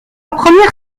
première